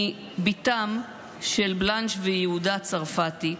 אני בתם של בלנש ויהודה צרפתי,